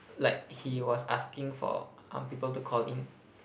like he was asking for um people to call in